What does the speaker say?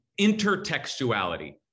intertextuality